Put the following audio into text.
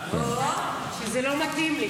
אינו נוכח,